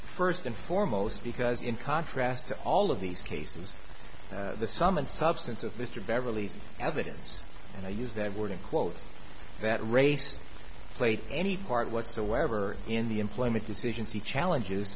first and foremost because in contrast to all of these cases the sum and substance of mr beverly's evidence and i use that word in quotes that race played any part whatsoever in the employment decisions he challenges